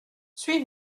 suis